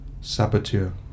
Saboteur